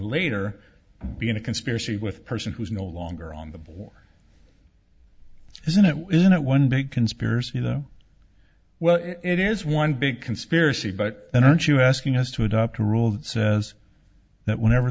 later be in a conspiracy with person who is no longer on the ball isn't it isn't it one big conspiracy you know well it is one big conspiracy but then aren't you asking us to adopt a rule that says that whenever